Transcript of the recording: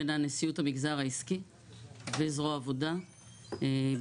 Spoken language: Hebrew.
בין נשיאות המגזר העסקי וזרוע העבודה ביחד